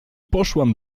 poszłam